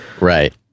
right